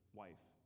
wife